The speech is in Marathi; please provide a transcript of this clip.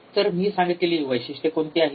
तर मी सांगितलेली वैशिष्ट्ये कोणती आहेत